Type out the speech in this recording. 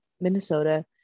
Minnesota